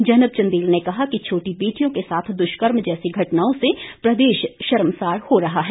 जैनब चंदेल ने कहा कि छोटी बेटियों के साथ दुष्कर्म जैसी घटनाओं से प्रदेश शर्मसार हो रहा है